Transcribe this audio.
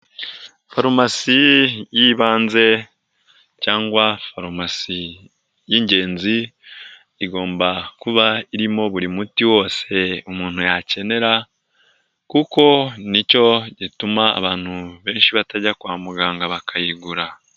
Farumasi y'ibanze cyangwa farumasi y'ingenzi igomba kuba irimo buri muti wose umuntu yakenera kuko ni cyo gituma abantu benshi batajya kwa muganga bakayigura.